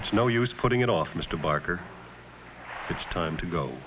it's no use putting it off mr barker it's time to go